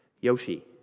Yoshi